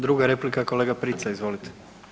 Druga replika, kolega Prica, izvolite.